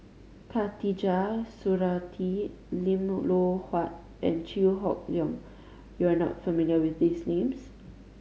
Khatijah Surattee Lim Loh Huat and Chew Hock Leong You are not familiar with these names